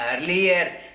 earlier